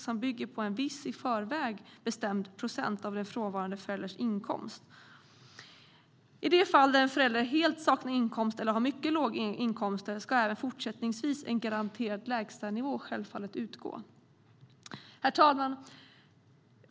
Det ska bygga på en viss, i förväg bestämd, procent av den frånvarande förälderns inkomst. I de fall där en förälder helt saknar inkomst eller har mycket låga inkomster ska självfallet även fortsättningsvis en garanterad lägstanivå utgå. Herr talman!